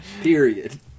Period